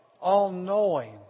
all-knowing